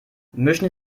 mischen